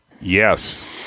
Yes